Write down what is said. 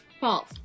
False